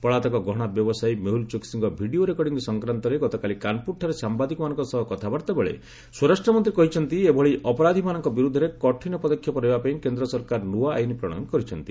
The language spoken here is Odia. ପଳାତକ ଗହଣା ବ୍ୟବସାୟୀ ମେହୁଲ ଚୋକ୍ସିଙ୍କ ଭିଡ଼ିଓ ରେକଡିଂ ସଫକ୍ରାନ୍ତରେ ଗତକାଲି କାନ୍ପୁରଠାରେ ସାମ୍ଭାଦିକମାନଙ୍କ ସହ କଥାବାର୍ତ୍ତା ବେଳେ ସ୍ୱରାଷ୍ଟ୍ରମନ୍ତ୍ରୀ କହିଛନ୍ତି ଏଭଳି ଅପରାଧୀମାନଙ୍କ ବିରୁଦ୍ଧରେ କଠିନ ପଦକ୍ଷେପ ନେବା ପାଇଁ କେନ୍ଦ୍ର ସରକାର ନୂଆ ଆଇନ୍ ପ୍ରଣୟନ କରିଛନ୍ତି